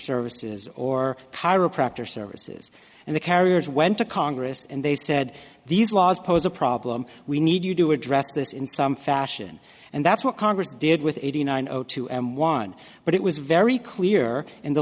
services or chiropractor services and the carriers went to congress and they said these laws pose a problem we need you to address this in some fashion and that's what congress did with eighty nine zero two and one but it was very clear in the